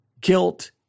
guilt